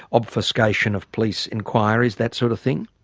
obfuscation of police inquiries, that sort of thing?